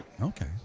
Okay